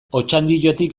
otxandiotik